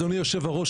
אדוני יושב הראש,